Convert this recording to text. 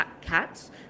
cats